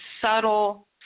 subtle